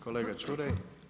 Kolega Čuraj.